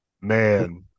Man